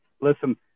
listen